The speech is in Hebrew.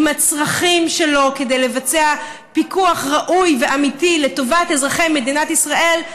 עם הצרכים שלו כדי לבצע פיקוח ראוי ואמיתי לטובת אזרחי מדינת ישראל,